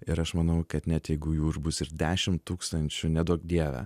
ir aš manau kad net jeigu jų ir bus ir dešimt tūkstančių neduok dieve